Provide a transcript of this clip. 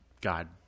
God